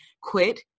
Quit